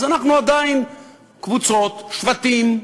אז אנחנו עדיין קבוצות, שבטים,